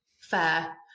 Fair